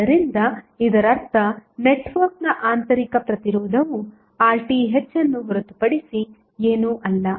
ಆದ್ದರಿಂದ ಇದರರ್ಥ ನೆಟ್ವರ್ಕ್ನ ಆಂತರಿಕ ಪ್ರತಿರೋಧವು RTh ಅನ್ನು ಹೊರತುಪಡಿಸಿ ಏನೂ ಅಲ್ಲ